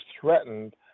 threatened